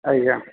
ଆଜ୍ଞା